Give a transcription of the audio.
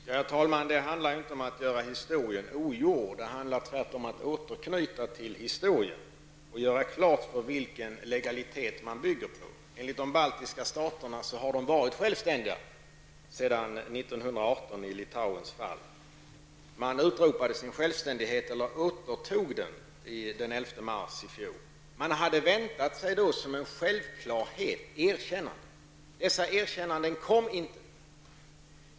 Herr talman! Det handlar inte om att göra historien ogjord, utan det handlar tvärtom att återknyta till historien och göra klart vilken legalitet man bygger på. Enligt den uppfattning man har i Litauen har landet varit självständigt sedan 1918. Man återtog sin självständighet den 11 mars i fjol. Man hade då som en självklarhet väntat sig erkännanden. Dessa erkännanden kom inte.